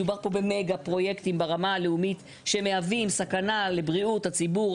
מדובר פה במגה פרויקטים ברמה הלאומית שמביאים סכנה לבריאות הציבור.